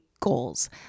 goals